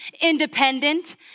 independent